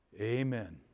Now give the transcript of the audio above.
Amen